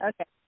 Okay